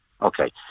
Okay